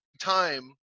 time